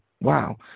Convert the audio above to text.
Wow